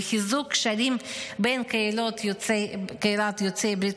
וחיזוק הקשרים בין קהילת יוצאי ברית